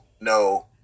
no